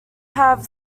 have